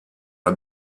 una